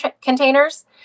containers